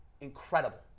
incredible